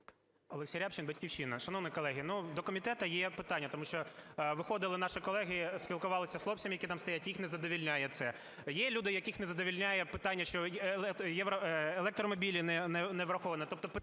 Олексій Рябчин, "Батьківщина". Шановні колеги, до комітету є питання, тому що виходили наші колеги, спілкувалися з хлопцями, які там стоять, їх не задовольняє це. Є люди, яких не задовольняє питання, що електромобілі не враховано.